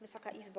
Wysoka Izbo!